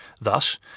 Thus